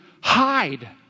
hide